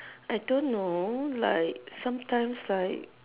I don't know like sometimes like